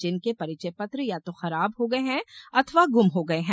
जिनके परिचय पत्र या तो खराब हो गये है अथवा गुम गये है